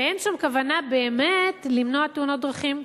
ואין שם כוונה באמת למנוע תאונות דרכים,